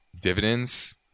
dividends –